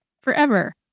forever